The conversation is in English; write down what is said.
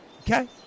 Okay